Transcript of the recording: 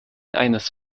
eines